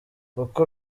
uko